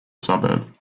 suburb